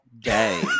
day